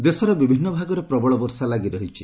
rain ଦେଶର ବିଭିନ୍ନ ଭାଗରେ ପ୍ରବଳ ବର୍ଷା ଲାଗିରହିଛି